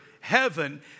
Heaven